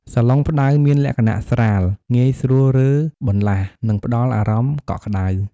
សាឡុងផ្តៅមានលក្ខណៈស្រាល ងាយស្រួលរើបម្លាស់ និងផ្តល់អារម្មណ៍កក់ក្តៅ។